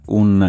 un